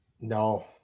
No